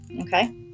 okay